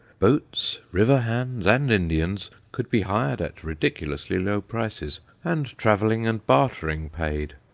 boats, river-hands, and indians could be hired at ridiculously low prices, and travelling and bartering paid